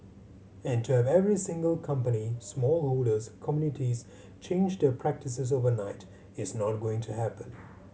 and to have every single company small holders communities change their practices overnight is not going to happen